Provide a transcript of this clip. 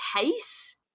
case